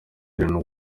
irene